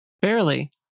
Barely